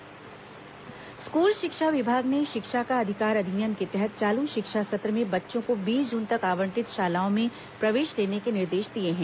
शिक्षा का अधिकार अधिनियम स्कूल शिक्षा विभाग ने शिक्षा का अधिकार अधिनियम के तहत चालू शिक्षा सत्र में बच्चों को बीस जून तक आवंटित शालाओं में प्रवेश लेने के निर्देश दिए हैं